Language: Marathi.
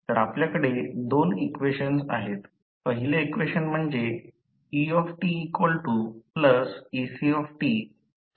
तर आपल्याकडे दोन इक्वेशन्स आहेत पहिले इक्वेशन म्हणजे etectLditdtRit